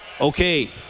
Okay